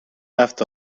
left